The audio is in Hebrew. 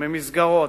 ממסגרות,